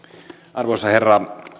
arvoisa herra